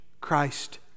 Christ